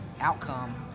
outcome